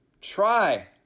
try